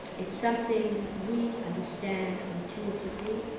it's something we understand intuitively,